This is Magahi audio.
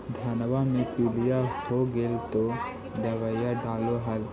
धनमा मे पीलिया हो गेल तो दबैया डालो हल?